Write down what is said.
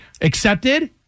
Accepted